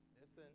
Listen